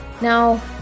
Now